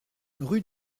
rue